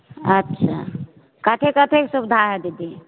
अच्छा कथी कथीक सुबिधा हइ दीदी